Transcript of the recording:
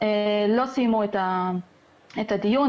לא סיימו את הדיון,